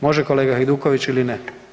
Može kolega Hajduković ili ne?